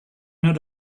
not